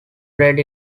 bred